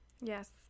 Yes